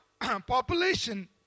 population